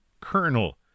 kernel